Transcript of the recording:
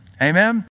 Amen